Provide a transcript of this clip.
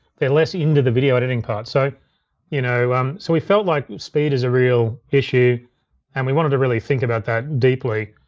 they're less into the video editing part. so you know um so we felt like speed is a real issue and we wanted to really think about that deeply.